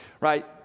right